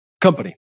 company